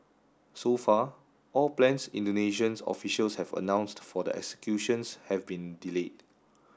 so far all plans Indonesians officials have announced for the executions have been delayed